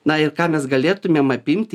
na ir ką mes galėtumėm apimti